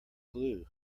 glue